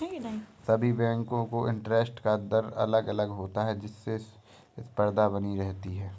सभी बेंको का इंटरेस्ट का दर अलग अलग होता है जिससे स्पर्धा बनी रहती है